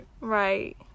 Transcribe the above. right